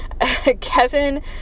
Kevin